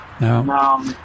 No